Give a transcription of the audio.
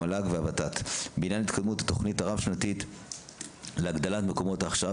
המל"ג והות"ת בעניין התקדמות התכנית הרב-שנתית להגדלת מקומות ההכשרה